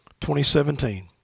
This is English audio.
2017